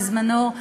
בזמנו,